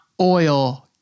oil